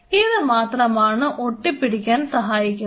ഇത് മാത്രമാണ് ഒട്ടിപ്പിടിക്കാൻ സഹായിക്കുന്നത്